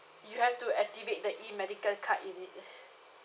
you have to activate the E medical card in it